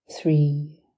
three